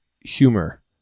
humor